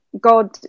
God